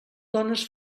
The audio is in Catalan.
dones